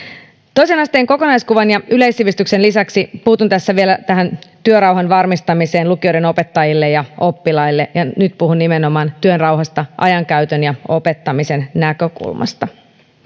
toisen asteen kokonaiskuvan ja yleissivistyksen lisäksi puutun tässä vielä tähän työrauhan varmistamiseen lukioiden opettajille ja oppilaille ja nyt puhun nimenomaan työrauhasta ajankäytön ja opettamisen näkökulmasta